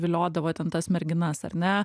viliodavo ten tas merginas ar ne